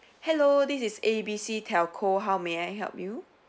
hello this is A B C telco how may I help you